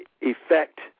effect